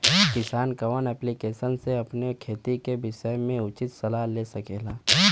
किसान कवन ऐप्लिकेशन से अपने खेती के विषय मे उचित सलाह ले सकेला?